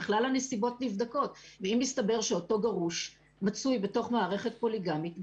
כלל הנסיבות נבדקות ואם מסתבר שאותו גרוש מצוי בתוך מערכת פוליגמית,